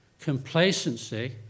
Complacency